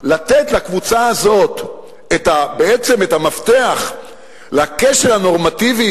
לתת לקבוצה הזאת בעצם את המפתח לקשר הנורמטיבי